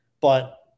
but-